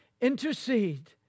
Intercede